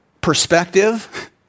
perspective